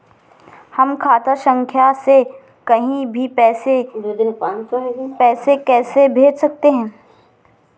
हम खाता संख्या से कहीं भी पैसे कैसे भेज सकते हैं?